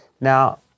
Now